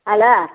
hello